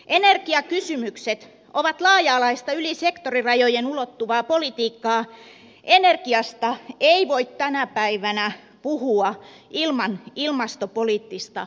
energiakysymykset ovat laaja alaista yli sektorirajojen ulottuvaa politiikkaa ja energiasta ei voi tänä päivänä puhua ilman ilmastopoliittista vastuuta